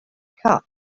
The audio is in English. cup